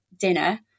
dinner